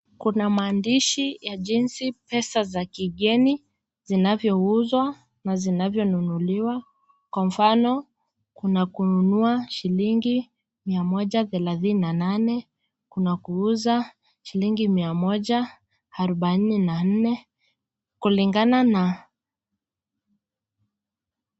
Kuna maandishi ya jinsi pesa za kigeni zinavyouzwa na zinavyonunuliwa, kwa mfano kuna kununua shillingi 138,kuna kuuza shillingi 144,kulingana na.